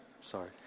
Sorry